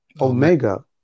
Omega